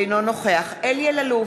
אינו נוכח אלי אלאלוף,